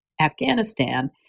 Afghanistan